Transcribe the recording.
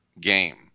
game